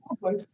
right